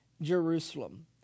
Jerusalem